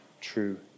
true